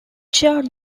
chaired